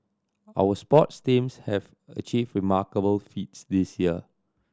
our sports teams have achieved remarkable feats this year